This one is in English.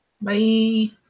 Bye